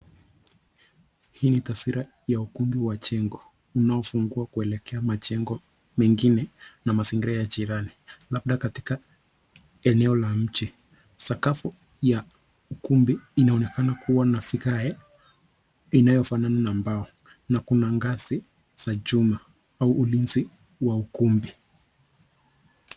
Hii ni taswira ya ukumbi wa jengo unaofungua kuelekea majengo mengine na Mazingira ya jirani labda katika eneo la mji. Sakafu ya ukumbi inaonekana kuwa na vigae inayofanana na mbao na kuna ngazi za chuma au ulinzi wa ukumbi.